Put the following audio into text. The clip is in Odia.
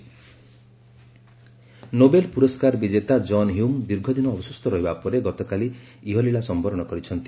ଜନ ହ୍ୟୁମ୍ ଡାଏଡ୍ ନୋବେଲ୍ ପୁରସ୍କାର ବିଜେତା ଜନ୍ ହ୍ୟୁମ୍ ଦୀର୍ଘଦିନ ଅସୁସ୍ଥ ରହିବା ପରେ ଗତକାଲି ଇହଲୀଳା ସମ୍ଭରଣ କରିଛନ୍ତି